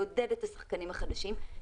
לעודד את השחקנים החדשים,